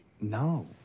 No